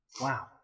Wow